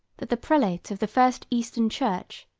that the prelate of the first eastern church,